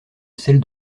celles